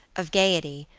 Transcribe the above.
of gaiety,